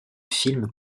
film